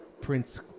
prince